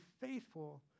faithful